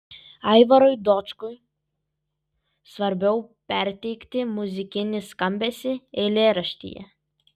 aivarui dočkui svarbiau perteikti muzikinį skambesį eilėraštyje